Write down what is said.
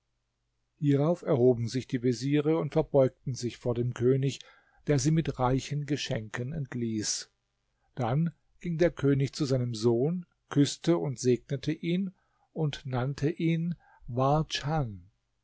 hierauf erhoben sich die veziere und verbeugten sich vor dem könig der sie mit reichen geschenken entließ dann ging der könig zu seinem sohn küßte und segnete ihn und nannte ihn